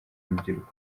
rubyiruko